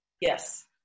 Yes